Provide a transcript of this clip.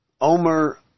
Omer